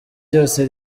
ryose